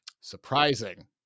Surprising